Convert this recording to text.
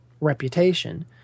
reputation